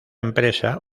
empresa